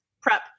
prep